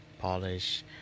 Polish